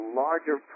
larger